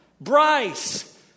Bryce